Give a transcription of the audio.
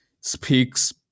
speaks